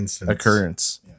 occurrence